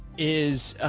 is, ah,